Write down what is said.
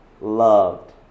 loved